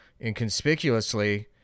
inconspicuously